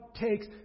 takes